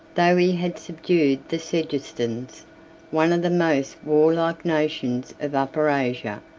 though he had subdued the segestans, one of the most warlike nations of upper asia,